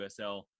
USL